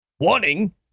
Warning